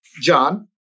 John